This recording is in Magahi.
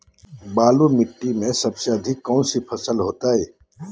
बालू मिट्टी में सबसे अधिक कौन सी फसल होगी?